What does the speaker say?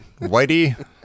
Whitey